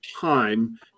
time